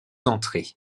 entrées